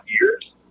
years